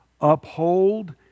uphold